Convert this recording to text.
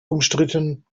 umstritten